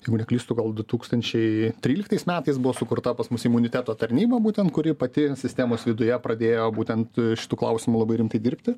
jeigu neklystu gal du tūkstančiai tryliktais metais buvo sukurta pas mus imuniteto tarnyba būtent kuri pati sistemos viduje pradėjo būtent šitu klausimu labai rimtai dirbti